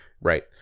Right